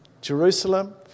Jerusalem